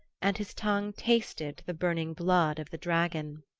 and his tongue tasted the burning blood of the dragon.